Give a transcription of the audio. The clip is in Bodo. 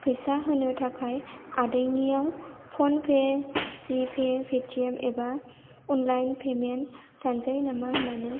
फैसा होनो थाखाय आदैनियाव PhonePe G Pay ATM एबा अनलाइन पेमेन्ट दानजायो नामा होननानै